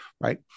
right